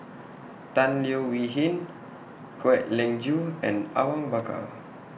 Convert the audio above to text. Tan Leo Wee Hin Kwek Leng Joo and Awang Bakar